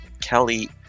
Kelly